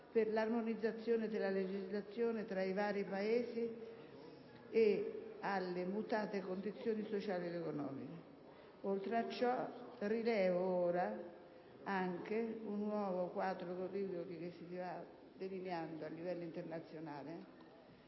per l'armonizzazione della legislazione, tra i vari Paesi e alle mutate condizioni sociali ed economiche. Oltre a ciò, rilevo ora anche un nuovo quadro politico che si va delineando a livello internazionale,